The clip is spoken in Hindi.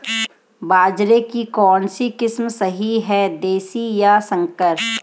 बाजरे की कौनसी किस्म सही हैं देशी या संकर?